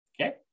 okay